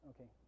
okay